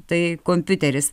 tai kompiuteris